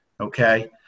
Okay